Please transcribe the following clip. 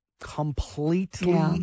completely